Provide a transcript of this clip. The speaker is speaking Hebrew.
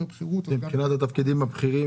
יותר בכירות -- מבחינת התפקידים הבכירים,